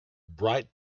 bright